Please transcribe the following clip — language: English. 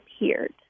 appeared